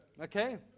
Okay